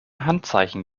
handzeichen